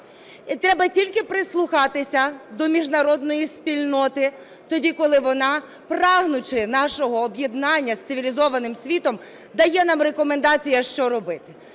Треба тільки прислухатися до міжнародної спільноти тоді, коли вона, прагнучи нашого об'єднання з цивілізованим світом, дає нам рекомендації, а що робити.